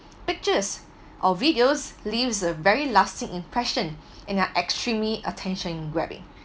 pictures or videos leaves a very lasting impression and are extremely attention grabbing